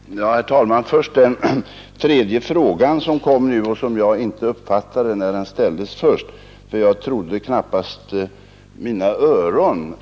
Herr talman! Jag vill först beröra den tredje frågan som herr Björck ställde och som jag inte hade uppfattat när den först ställdes, ty jag trodde knappast mina öron.